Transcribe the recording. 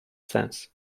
sens